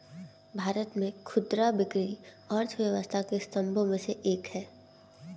भारत में खुदरा बिक्री अर्थव्यवस्था के स्तंभों में से एक है